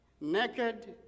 Naked